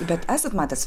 bet esat matęs